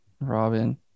Robin